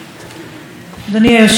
חבריי חברי הכנסת,